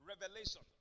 revelation